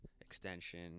extension